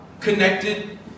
connected